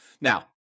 Now